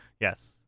Yes